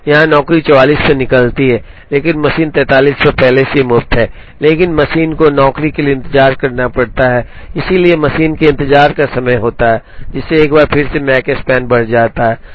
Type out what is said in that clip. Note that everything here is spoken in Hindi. यहां नौकरी 44 पर निकलती है लेकिन मशीन 43 पर पहले से ही मुफ्त है लेकिन मशीन को नौकरी के लिए इंतजार करना पड़ता है इसलिए मशीन के इंतजार का समय होता है जिससे एक बार फिर से माकस्पैन बढ़ जाता है